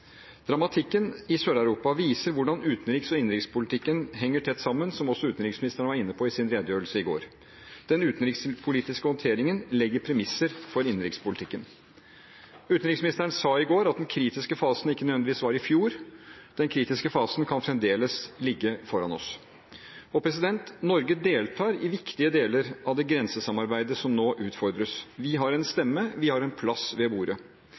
Dramatikken i Sør-Europa viser hvordan utenriks- og innenrikspolitikken henger tett sammen, som også utenriksministeren var inne på i sin redegjørelse i går. Den utenrikspolitiske håndteringen legger premisser for innenrikspolitikken. Utenriksministeren sa i går at den kritiske fasen ikke nødvendigvis var i fjor, den kritiske fasen kan fremdeles ligge foran oss. Norge deltar i viktige deler av det grensesamarbeidet som nå utfordres. Vi har en stemme, vi har en plass ved bordet.